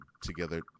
together